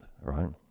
right